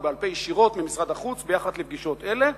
בעל-פה ישירות ממשרד החוץ ביחס לפגישות אלה,